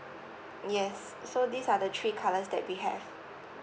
yes so these are the three colours that we have